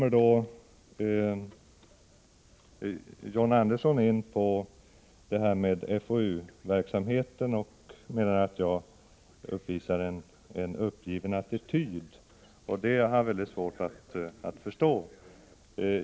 John Andersson kom sedan in på FoU-verksamheten och menar att jag visar en uppgiven attityd. Det har jag svårt att förstå.